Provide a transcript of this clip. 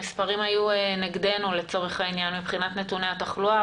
המספרים היו נגדנו מבחינת נתוני התחלואה